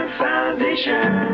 foundation